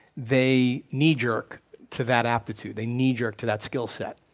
they knee-jerk to that aptitude, they knee-jerk to that skill set.